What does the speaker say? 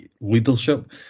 leadership